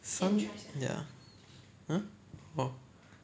sun~ hmm ya